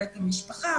בבית המשפחה,